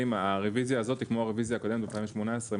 הרוויזיה הזאת היא הרוויזיה הקודמת ב-2018,